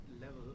level